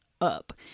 up